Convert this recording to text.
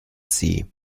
sie